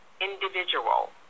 individual